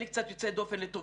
עלי קצת יוצא דופן לטובה.